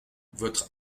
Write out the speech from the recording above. votre